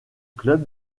club